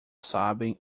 sabem